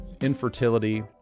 infertility